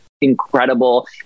incredible